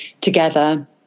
together